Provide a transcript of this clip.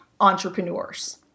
entrepreneurs